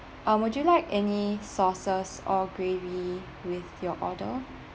um would you like any sauces or gravy with your order